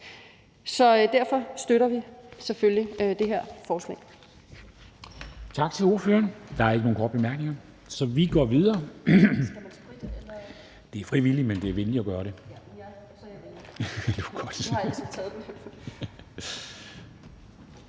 Så derfor støtter vi selvfølgelig det her forslag.